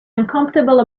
uncomfortable